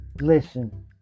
Listen